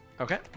Okay